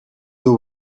the